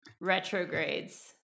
retrogrades